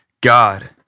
God